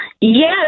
Yes